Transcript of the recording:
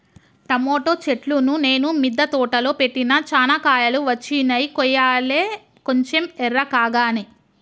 tomato చెట్లును నేను మిద్ద తోటలో పెట్టిన చానా కాయలు వచ్చినై కొయ్యలే కొంచెం ఎర్రకాగానే